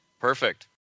perfect